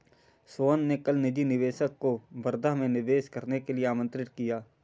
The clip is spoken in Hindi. सोहन ने कल निजी निवेशक को वर्धा में निवेश करने के लिए आमंत्रित किया